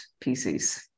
PCs